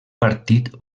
partit